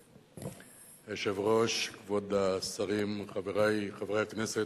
אדוני היושב-ראש, כבוד השרים, חברי חברי הכנסת,